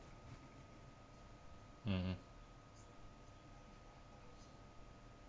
mmhmm